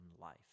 life